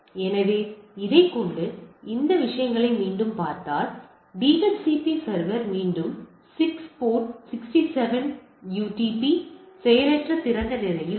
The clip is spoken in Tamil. எனவே இதைக் கொண்டு அந்த விஷயத்தை மீண்டும் பார்த்தால் எனவே டிஹெச்சிபி சர்வர் மீண்டும் 6 போர்ட் 67 யுடிபி செயலற்ற திறந்த நிலையில் உள்ளது